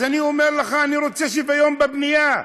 אז אני אומר לך: אני רוצה שוויון בבנייה,